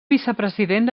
vicepresident